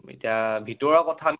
এতিয়া ভিতৰুৱা কথা